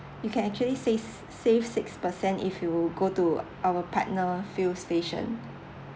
you can actually save save six per cent if you go to our partner fuel station